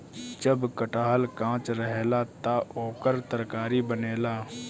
जब कटहल कांच रहेला त ओकर तरकारी बनेला